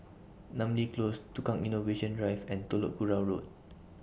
Namly Close Tukang Innovation Drive and Telok Kurau Road